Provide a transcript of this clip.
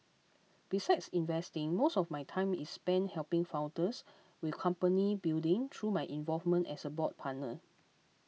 besides investing most of my time is spent helping founders with company building through my involvement as a board partner